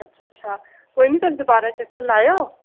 अच्छा अच्छा कोई नी तुस दोबारा चक्कर लाएयो